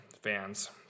fans